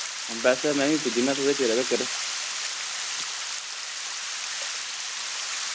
बस में बी पुज्जी ना थोह्ड़े चिरे तकर